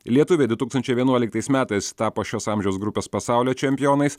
lietuviai du tūkstančiai vienuoliktais metais tapo šios amžiaus grupės pasaulio čempionais